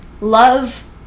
love